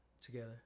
together